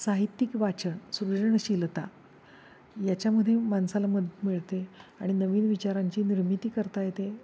साहित्यिक वाचन सृजनशीलता याच्यामध्ये माणसाला मदत मिळते आणि नवीन विचारांची निर्मिती करता येते